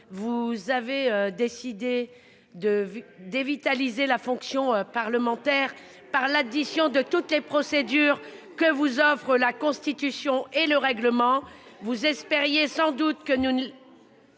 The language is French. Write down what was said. Vous avez décidé de dévitaliser la fonction parlementaire par l'addition de toutes les procédures que vous offrent la Constitution et le règlement. C'est vous qui faites